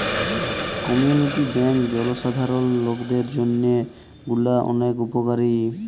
community bank জলসাধারল লকদের জন্হে গুলা ওলেক উপকারী